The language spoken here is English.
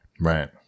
right